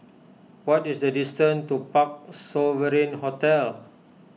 what is the distance to Parc Sovereign Hotel